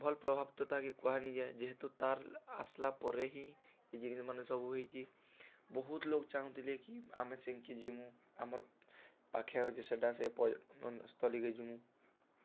ଭଲ ପ୍ରଭାବିତତା କି କୁହା ନିିଯାଏ ଯେହେତୁ ତା'ର୍ ଆସ୍ଲା ପରେ ହିଁ ଏ ଜିନିଷ୍ମାନ ସବୁ ହୋଇଛି ବହୁତ ଲୋକ ଚାହୁଁଥିଲେ କି ଆମେ ସେନ୍କି ଯିମୁ ଆମର୍ ପାଖେ ହଉଚି ସେଟା ସେ ଯିମୁ